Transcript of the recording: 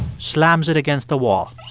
slams it against the wall